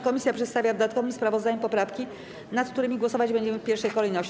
Komisja przedstawia w dodatkowym sprawozdaniu poprawki, nad którymi głosować będziemy w pierwszej kolejności.